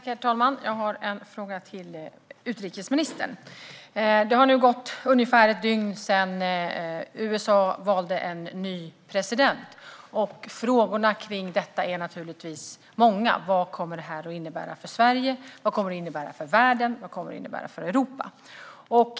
Herr talman! Jag har några frågor till utrikesministern. Det har nu gått ungefär ett dygn sedan USA valde en ny president, och frågorna kring detta är naturligtvis många. Vad kommer detta att innebära för Sverige? Vad kommer det att innebära för världen? Vad kommer det att innebära för Europa?